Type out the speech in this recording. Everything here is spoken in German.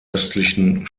östlichen